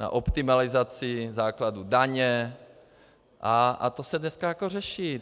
na optimalizaci základu daně a to se dneska řeší.